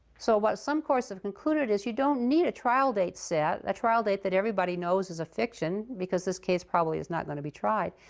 so what some courts have concluded is you don't need a trial date set a trial date that everybody knows is a fiction because this case probably is not going to be tried.